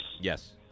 Yes